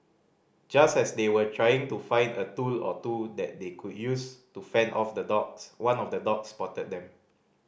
just as they were trying to find a tool or two that they could use to fend off the dogs one of the dogs spotted them